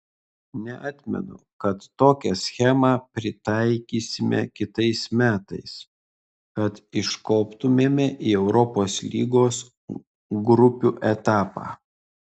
neatmetu kad tokią schemą pritaikysime kitais metais kad iškoptumėme į europos lygos grupių etapą